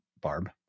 Barb